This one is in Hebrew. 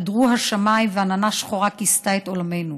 קדרו השמיים ועננה שחורה כיסתה את עולמנו.